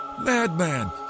Madman